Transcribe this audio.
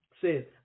Says